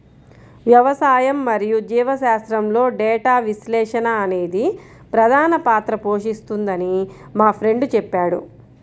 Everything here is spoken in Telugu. వ్యవసాయం మరియు జీవశాస్త్రంలో డేటా విశ్లేషణ అనేది ప్రధాన పాత్ర పోషిస్తుందని మా ఫ్రెండు చెప్పాడు